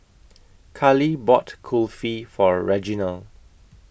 Carli bought Kulfi For Reginal